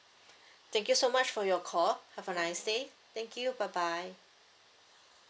thank you so much for your call have a nice day thank you bye bye